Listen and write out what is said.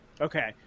Okay